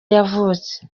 yavutse